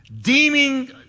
deeming